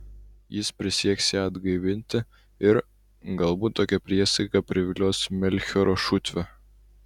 jis prisieks ją atgaivinti ir galbūt tokia priesaika privilios melchioro šutvę